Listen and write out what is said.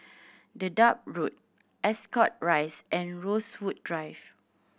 Dedap Road Ascot Rise and Rosewood Drive